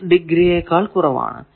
6 degree യെക്കാൾ കുറവാണു